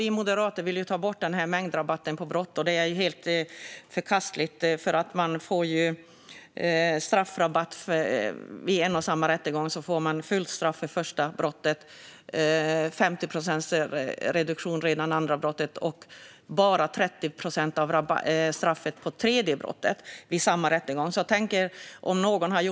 Vi moderater vill ta bort mängdrabatten på brott, som ju är helt förkastlig. Vid en och samma rättegång får man fullt straff för det första brottet och 50 procents reduktion redan vid det andra brottet. Vid det tredje brottet får man vid samma rättegång bara 30 procent av straffet.